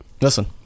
Listen